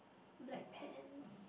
black pants